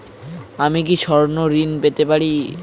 আমি কি স্বর্ণ ঋণ পেতে পারি?